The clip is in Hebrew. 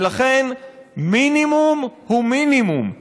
ולכן מינימום הוא מינימום.